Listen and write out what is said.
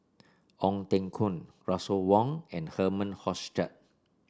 Ong Teng Koon Russel Wong and Herman Hochstadt